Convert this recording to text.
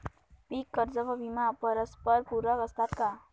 पीक कर्ज व विमा परस्परपूरक असतात का?